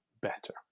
better